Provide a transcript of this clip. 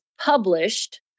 published